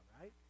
right